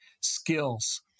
skills